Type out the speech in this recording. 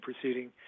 proceeding